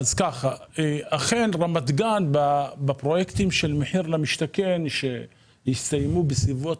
אכן רמת גן בפרויקטים של מחיר למשתכן שהסתיימו בסביבות